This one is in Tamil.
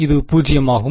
இது பூஜ்யமாகும்